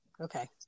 Okay